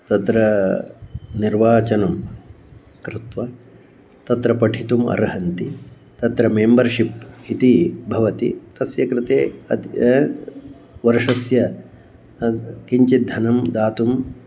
तत्र निर्वाचनं कृत्वा तत्र पठितुम् अर्हन्ति तत्र मेम्बर्शिप् इति भवति तस्य कृते अद्य वर्षस्य किञ्चित् धनं दातुं